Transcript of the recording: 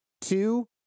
Two